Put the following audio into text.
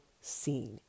scene